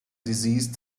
desist